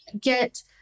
get